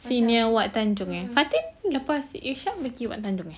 senior buat tanjong eh fatin lepas irsyad buat tanjong eh